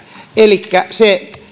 elikkä se